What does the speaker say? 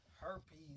herpes